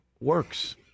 works